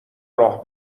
راه